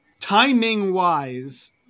timing-wise